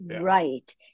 Right